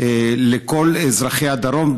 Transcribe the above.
לכל אזרחי הדרום,